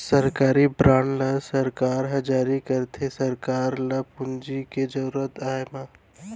सरकारी बांड ल सरकार ह जारी करथे सरकार ल पूंजी के जरुरत आय म